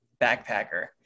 backpacker